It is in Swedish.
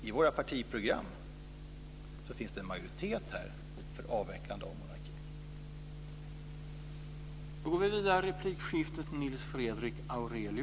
I våra partiprogram finns det en majoritet för avvecklande av monarkin.